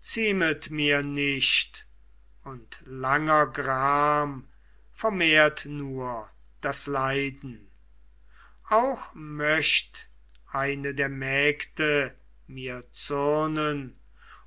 ziemet mir nicht und langer gram vermehrt nur das leiden auch möcht eine der mägde mir zürnen